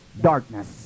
darkness